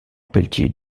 peltier